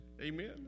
Amen